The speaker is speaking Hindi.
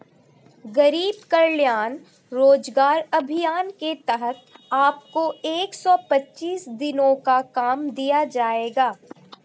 गरीब कल्याण रोजगार अभियान के तहत आपको एक सौ पच्चीस दिनों का काम दिया जाएगा